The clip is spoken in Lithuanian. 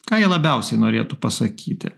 ką jie labiausiai norėtų pasakyti